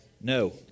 No